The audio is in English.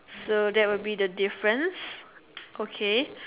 so that will be the difference okay